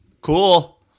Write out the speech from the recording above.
Cool